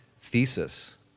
thesis